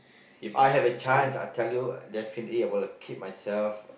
If I have a chance I tell you definitely I'm gonna keep myself